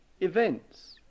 Events